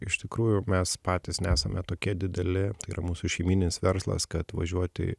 iš tikrųjų mes patys nesame tokie dideli ir mūsų šeimyninis verslas kad važiuoti